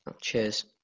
Cheers